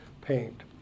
paint